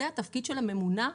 זה התפקיד של הממונה,